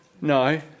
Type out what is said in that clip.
No